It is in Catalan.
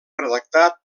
redactat